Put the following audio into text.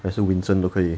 还是 winson 都可以